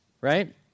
right